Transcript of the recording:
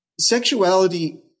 sexuality